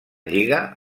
lliga